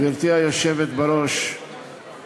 גברתי היושבת בראש,